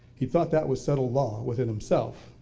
he thought that was subtle law within himself,